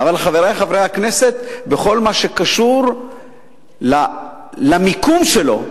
אבל, חברי חברי הכנסת, בכל מה שקשור למיקום שלו,